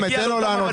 הלכתם על הדרך